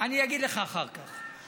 אני אגיד לך אחר כך.